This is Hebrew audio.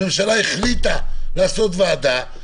הממשלה החליטה לעשות ועדה,